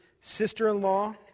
sister-in-law